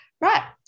right